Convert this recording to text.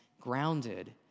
grounded